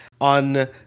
on